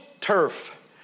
turf